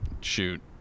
shoot